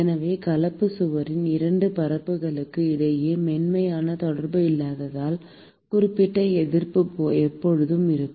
எனவே கலப்புச் சுவரின் 2 பரப்புகளுக்கு இடையே மென்மையான தொடர்பு இல்லாததால் குறிப்பிட்ட எதிர்ப்பு எப்போதும் இருக்கும்